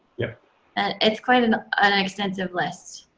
yeah and it's quite an and extensive list.